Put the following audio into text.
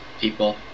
people